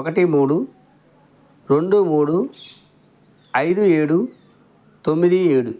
ఒకటి మూడు రెండు మూడు ఐదు ఏడు తొమ్మిది ఏడు